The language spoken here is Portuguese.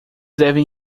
devem